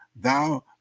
thou